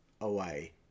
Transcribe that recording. away